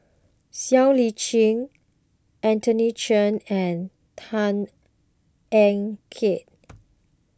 Siow Lee Chin Anthony Chen and Tan Ean Kiam